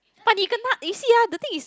!wah! 你跟他 you see ah the thing is